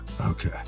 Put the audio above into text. okay